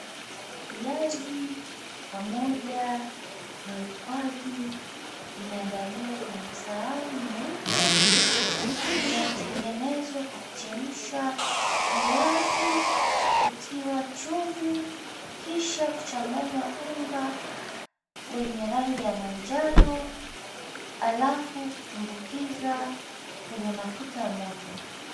Viazi pamoja na ukwaju vimeandaliwa kwenye sahani nyeupe. Vimetengenezwa kwa kuchemsha viazi, kutiwa chumvi, kisha kuchanganya unga wenye rangi ya manjano halafu kutumbukiza kwenye mafuta moto.